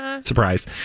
Surprise